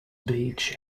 beach